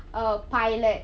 a pilot